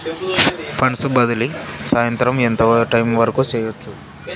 funds బదిలీ సాయంత్రం ఎంత టైము వరకు చేయొచ్చు